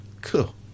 Cool